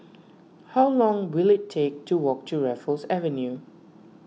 how long will it take to walk to Raffles Avenue